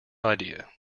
idea